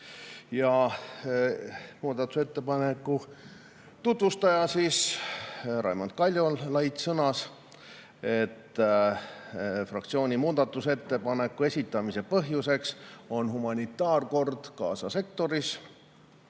Muudatusettepaneku tutvustaja Raimond Kaljulaid sõnas, et fraktsiooni muudatusettepaneku esitamise põhjuseks on humanitaarolukord Gaza sektoris